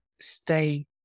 stay